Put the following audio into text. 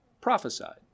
Prophesied